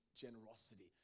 generosity